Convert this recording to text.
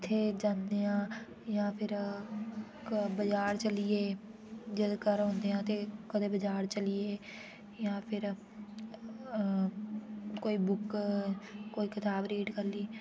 उ'त्थें जाने आं जां फिर क बाजार चलिये जदूं घर औंदे आं ते कदें बज़ार चलिये जां फिर अअ कोई बुक कोई कताब रीड कर ली